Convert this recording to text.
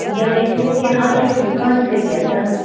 یَلے چھِوٕ کنہ آز چھِو کامہِ سۭتی آسان